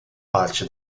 parte